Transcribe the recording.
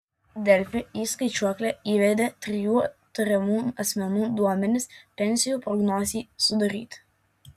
delfi į skaičiuoklę įvedė trijų tariamų asmenų duomenis pensijų prognozei sudaryti